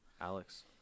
Alex